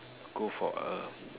go for a